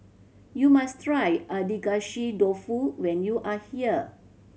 you must try Agedashi Dofu when you are here